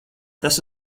tas